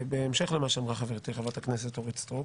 בהמשך למה שאמרה חברתי חברת הכנסת אורית סטרוק.